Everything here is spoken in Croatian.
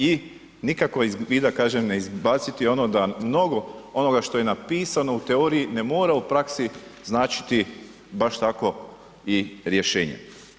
I nikako iz vida kažem ne izbaciti ono da mnogo onoga što je napisano u teoriji ne mora u praksi značiti baš tako i rješenja.